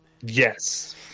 Yes